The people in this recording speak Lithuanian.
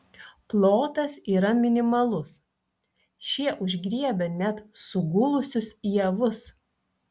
plotas yra minimalus šie užgriebia net sugulusius javus